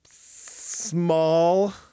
small